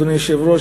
אדוני היושב-ראש,